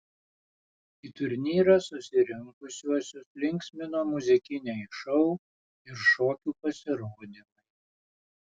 į turnyrą susirinkusiuosius linksmino muzikiniai šou ir šokių pasirodymai